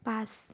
পাঁচ